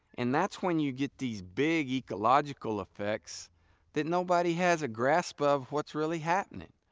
and that's when you get these big ecological effects that nobody has a grasp of what's really happening.